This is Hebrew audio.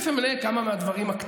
מדי פעם נעיר לו, כמו שהוא העיר לנו.